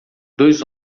dois